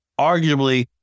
Arguably